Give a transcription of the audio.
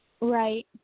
Right